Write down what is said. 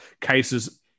cases